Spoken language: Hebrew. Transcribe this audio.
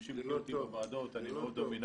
מי שמכיר אותי בוועדות אני מאוד דומיננטי.